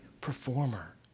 performer